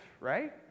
right